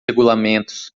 regulamentos